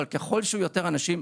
אבל ככל שיהיו יותר אנשים,